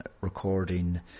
recording